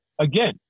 again